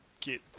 get